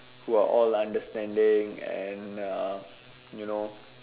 who are all understanding and uh you know